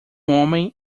homem